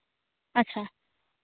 ᱟᱪᱪᱷᱟ